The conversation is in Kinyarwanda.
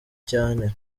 cyane